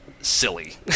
silly